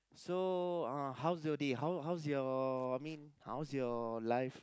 so uh how's your day how's how's your I mean how's your life